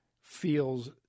feels